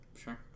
Sure